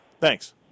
Thanks